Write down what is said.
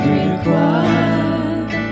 required